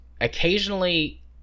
Occasionally